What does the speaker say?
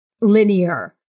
linear